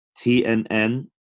TNN